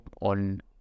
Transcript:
on